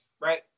right